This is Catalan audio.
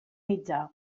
mitjà